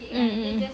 mm mm mm